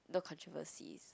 no controversies